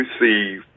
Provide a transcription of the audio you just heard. receive